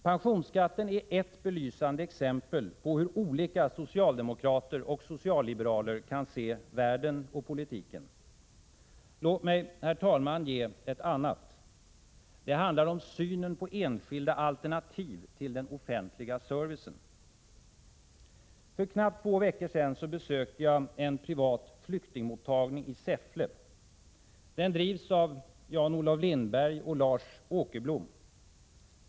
Pensionsskatten är ett belysande exempel på hur olika socialdemokrater och socialliberaler kan se på världen och på politiken. Låt mig, herr talman, ge ett annat exempel. Det handlar om synen på enskilda alternativ till den offentliga servicen. För knappt två veckor sedan besökte jag en privat flyktingmottagning i Säffle. Den drivs av Jan-Olov Lindberg och Lars Åkerblom.